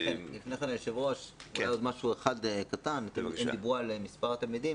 היושב-ראש, דיברו על מספר התלמידים